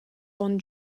onn